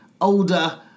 older